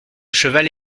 cheval